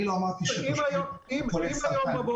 אני לא אמרתי שהתושבים הם חולי סרטן.